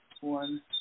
one